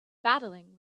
battling